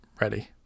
ready